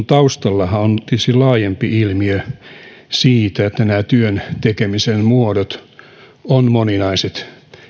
taustallahan on tietysti laajempi ilmiö siinä että työn tekemisen muodot ovat moninaiset